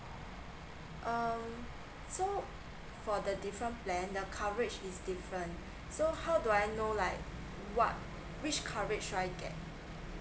um so for the different plan the coverage is different so how do I know like what which coverage should I get